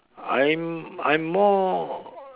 I'm I'm more